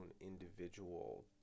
individual